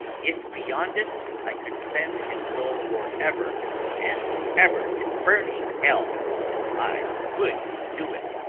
if beyond it i could send his soul for ever and ever to burning hell i would do it!